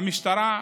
שהמשטרה,